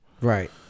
Right